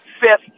fifth